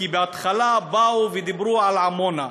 כי בהתחלה באו ודיברו על עמונה,